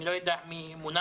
אני לא יודע מי מונה,